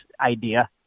idea